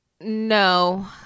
No